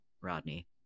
Rodney